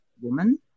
woman